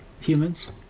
humans